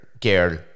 girl